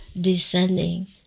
descending